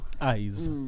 eyes